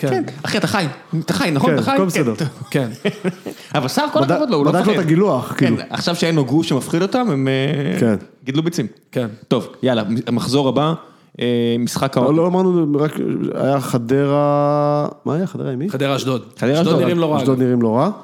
כן. אחי, אתה חי, אתה חי, נכון, אתה חי? כן, הכל בסדר. טוב, כן. אבל שר כל הכבוד לא, הוא לא חי. בדרך כלל את הגילוח, כאילו. כן, עכשיו שהיינו גוף שמפחיד אותם, הם גידלו ביצים. כן. טוב, יאללה, המחזור הבא, משחק... לא, לא אמרנו, זה רק היה חדרה... מה היה? חדרה עם מי? חדרה אשדוד. חדרה אשדוד. אשדוד נראים לו רע. אשדוד נראים לו רע.